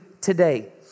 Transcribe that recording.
today